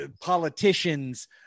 politicians